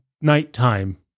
nighttime